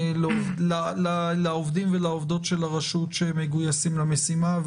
לעובדים ולעובדות של הרשות שמגויסים למשימה.